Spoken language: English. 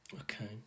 Okay